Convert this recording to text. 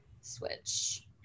switch